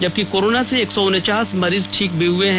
जबकि कोरोना से एक सौ उनचास मरीज ठीक हए हैं